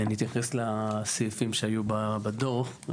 אתייחס לסעיפים שהיו בדוח.